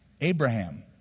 Abraham